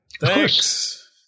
Thanks